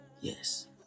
Yes